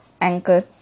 Anchor